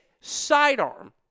sidearm